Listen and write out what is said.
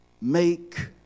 make